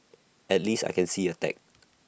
at least I can see A tag